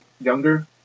younger